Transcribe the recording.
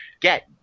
get